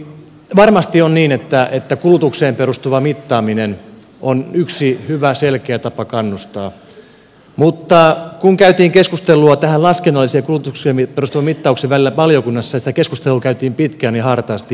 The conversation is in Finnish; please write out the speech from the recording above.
varmasti on niin että kulutukseen perustuva mittaaminen on yksi hyvä selkeä tapa kannustaa mutta kun käytiin keskustelua laskennalliseen ja kulutukseen perustuvan mittauksen välillä valiokunnassa sitä keskustelua käytiin pitkään ja hartaasti ja paljon